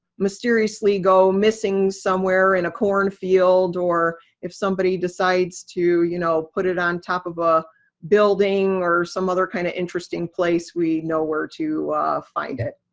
mysteriously go missing somewhere in a corn field. or if somebody decides to you know put it on top of a building or some other kinda interesting place, we'd know where to find it.